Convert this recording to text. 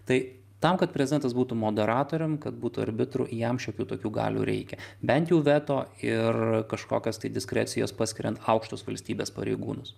tai tam kad prezidentas būtų moderatorium kad būtų arbitru jam šiokių tokių galių reikia bent jau veto ir kažkokias tai diskrecijas paskiriant aukštus valstybės pareigūnus